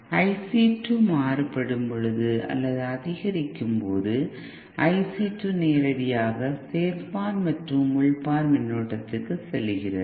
IC2 மாறும்பொழுது அல்லது அதிகரிக்கும் பொழுது IC2 நேரடியாக சேர்ப்பான் மற்றும் உமிழ்ப்பான் மின்னோட்டத்திற்கு செல்கிறது